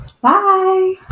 bye